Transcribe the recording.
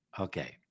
Okay